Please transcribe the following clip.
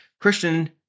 Christian